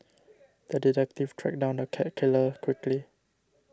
the detective tracked down the cat killer quickly